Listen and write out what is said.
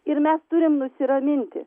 ir mes turim nusiraminti